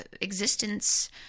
existence